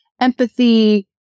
empathy